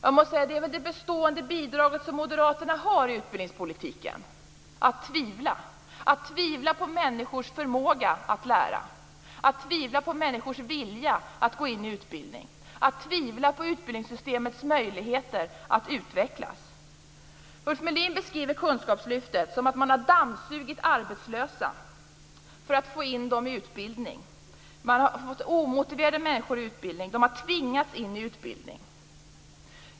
Jag måste säga att det bestående bidrag som moderaterna har i utbildningspolitiken är att tvivla - att tvivla på människors förmåga att lära, att tvivla på människors vilja att gå in i utbildning, att tvivla på utbildningssystemets möjligheter att utvecklas. Ulf Melin beskriver kunskapslyftet som att man har dammsugit arbetslösa för att få in dem i utbildning, att man har fått in omotiverade människor som har tvingats in i utbildning.